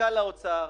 מנכ"ל האוצר,